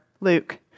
Luke